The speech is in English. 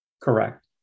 Correct